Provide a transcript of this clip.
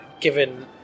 given